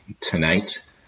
tonight